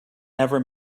never